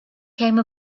came